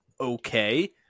okay